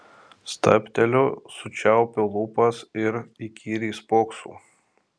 stabteliu sučiaupiu lūpas ir įkyriai spoksau